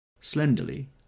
Slenderly